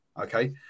Okay